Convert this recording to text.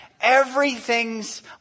everything's